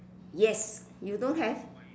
yes you don't have